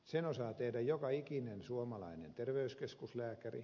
sen osaa tehdä joka ikinen suomalainen terveyskeskuslääkäri